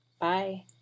Bye